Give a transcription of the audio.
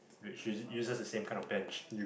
which is uses the same kind of benches